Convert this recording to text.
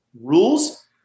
rules